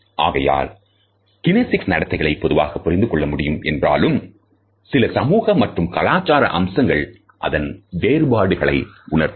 ஆகையால் கினேசிஸ்நடத்தைகளை பொதுவாக புரிந்து கொள்ள முடியும் என்றாலும் சில சமூக மற்றும் கலாசார அம்சங்கள் அதன் வேறுபாடுகளின் உணர்த்தும்